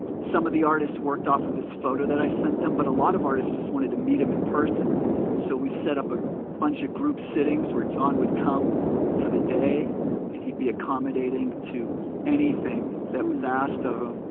some of the artists worked off of this photo that i sent them but a lot of artists just wanted to meet him in person so we set up a bunch of group sittings where john would come for the day and he'd be accommodating to anything that was asked of him